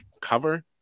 cover